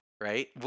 right